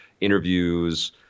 interviews